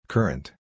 Current